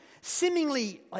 seemingly